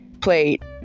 played